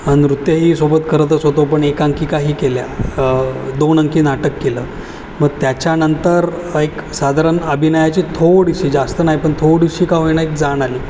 नृत्यही सोबत करतच होतो पण एकांकिकाही केल्या दोन अंकी नाटक केलं मग त्याच्यानंतर एक साधारण अभिनयाची थोडीशी जास्त नाही पण थोडीशी का होईणा एक जाण आली